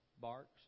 Barks